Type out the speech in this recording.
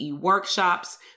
workshops